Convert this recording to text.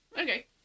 Okay